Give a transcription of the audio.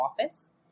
office